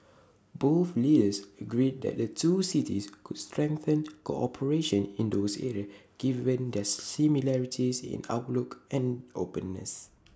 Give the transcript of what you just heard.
both leaders agreed that the two cities could strengthen cooperation in those areas given their similarities in outlook and openness